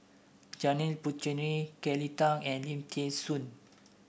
Janil Puthucheary Kelly Tang and Lim Thean Soo